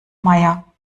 meier